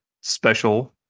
special